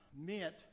meant